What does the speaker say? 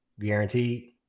guaranteed